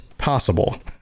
possible